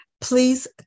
please